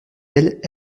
elle